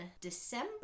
December